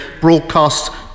broadcasts